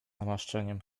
namaszczeniem